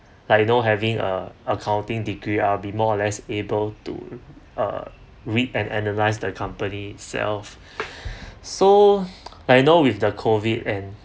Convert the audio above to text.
like you know having a accounting degree I'll be more or less able to uh read and analyse the company itself so like you know with the COVID and